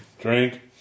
drink